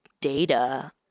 data